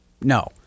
No